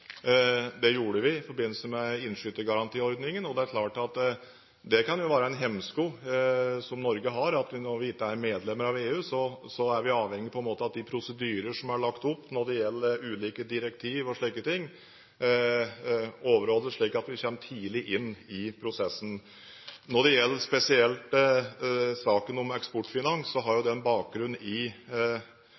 Det gjorde vi i forbindelse med innskytergarantiordningen. Det er klart at det kan jo være en hemsko som Norge har, at når vi ikke er medlem av EU, er vi på en måte avhengig av at de prosedyrer som er lagt opp når det gjelder ulike direktiv og slike ting, overholdes, slik at vi kommer tidlig inn i prosessen. Når det gjelder det som blir benevnt som saken om Eksportfinans, har jo den bakgrunn i